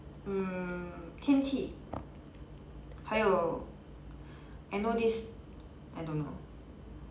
hmm 天气还有 I know this I don't know